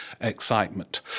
excitement